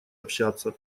общаться